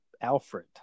Alfred